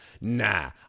nah